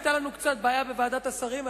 היתה לנו קצת בעיה בוועדת השרים,